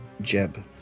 Jeb